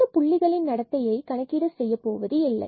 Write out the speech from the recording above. இந்த புள்ளிகளின் நடத்தையைப் கணக்கீடு செய்யப்போவது இல்லை